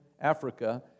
Africa